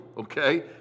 okay